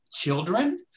children